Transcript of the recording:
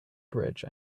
bridge